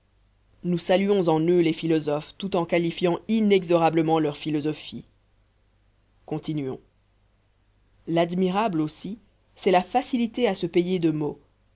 nous saluons en eux les philosophes tout en qualifiant inexorablement leur philosophie continuons l'admirable aussi c'est la facilité à se payer de mots